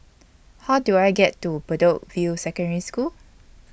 How Do I get to Bedok View Secondary School